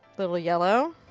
little yellow.